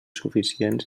suficients